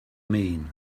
mean